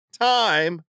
time